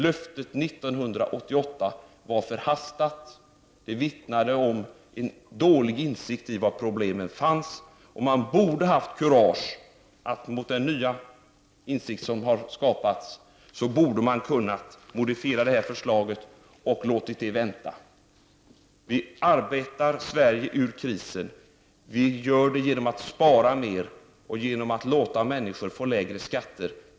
Löftet 1988 var förhastat. Det vittnar om en dålig insikt om var problemet låg. Mot bakgrund av den nya insikt som har skapats borde man ha haft kurage att modifiera förslaget och låta det vänta. Vi arbetar Sverige ur krisen. Vi gör det genom att spara mer och genom att låta människor få lägre skatter.